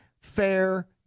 fair